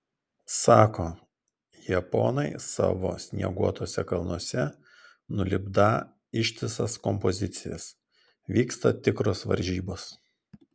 sako japonai savo snieguotuose kalnuose nulipdą ištisas kompozicijas vyksta tikros varžybos